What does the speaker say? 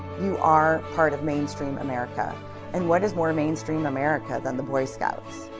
you are part of mainstream america and what is more mainstream america than the boy scouts?